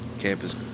Campus